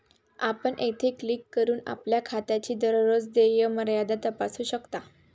आपण येथे क्लिक करून आपल्या खात्याची दररोज देय मर्यादा तपासू शकता